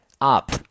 up